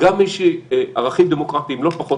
גם כמי שערכים דמוקרטיים לא פחות